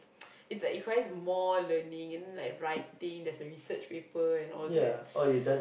it's a it requires more learning and like writing there's a research paper and all that